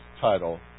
title